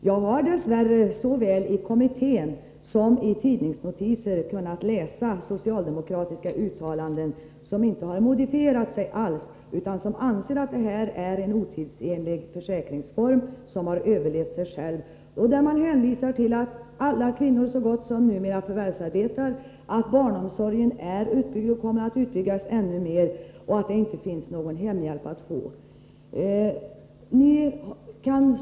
Jag har dess värre, såväl i kommittén som i tidningsnotiser, tagit del av socialdemokratiska uttalanden som inte har modifierats alls och där man anger att detta är en otidsenlig försäkringsform, som har överlevt sig själv, och där man hänvisar till att så gott som alla kvinnor förvärvsarbetar numera, att barnomsorgen är utbyggd och kommer att byggas ut ännu mer och att det inte finns någon hemhjälp att få.